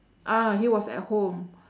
ah he was at home